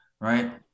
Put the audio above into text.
Right